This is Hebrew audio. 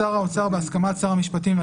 משרד המשפטים,